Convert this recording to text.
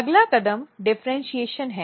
अगला कदम डिफरेन्शीऐशन है